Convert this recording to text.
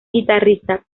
guitarrista